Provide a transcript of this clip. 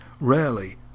rarely